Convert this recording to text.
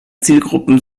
zielgruppen